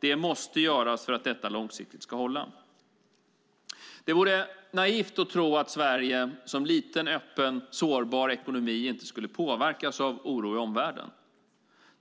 Det måste göras för att detta långsiktigt ska hålla. Det vore naivt att tro att Sverige som liten, öppen och sårbar ekonomi inte skulle påverkas av oron i omvärlden.